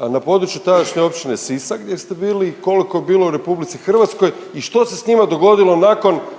na području tadašnje Općine Sisak gdje se bilo i koliko je bilo u RH i što se s njima dogodilo nakon